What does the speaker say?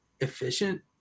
efficient